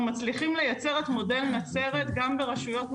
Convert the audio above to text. מצליחים לייצר את מודל נצרת גם ברשויות נוספות,